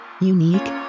unique